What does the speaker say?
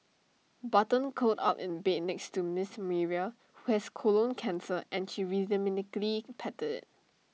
button curled up in bed next to miss Myra who has colon cancer and she rhythmically patted IT